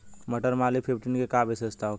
मटर मालवीय फिफ्टीन के का विशेषता होखेला?